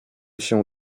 się